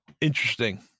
interesting